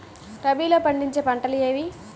రబీలో పండించే పంటలు ఏవి?